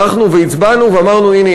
הלכנו והצבענו ואמרנו: הנה,